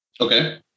Okay